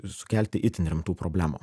sukelti itin rimtų problemų